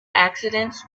accidents